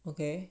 okay